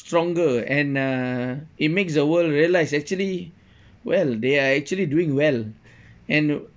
stronger and uh it makes the world realise actually well they are actually doing well and